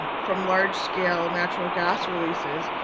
ah from large scale natural gas releases,